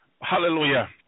Hallelujah